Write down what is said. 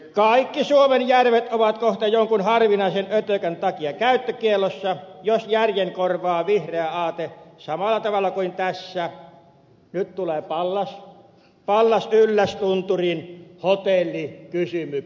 kaikki suomen järvet ovat kohta jonkun harvinaisen ötökän takia käyttökiellossa jos järjen korvaa vihreä aate samalla tavalla kuin tässä nyt tulee pallas pallas yllästunturin hotellikysymyksessä